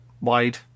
wide